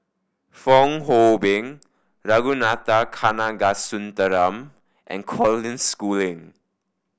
Fong Hoe Beng Ragunathar Kanagasuntheram and Coden Schooling